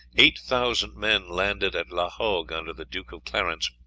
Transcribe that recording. eight thousand men landed at la hogue, under the duke of clarence,